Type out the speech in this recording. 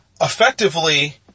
effectively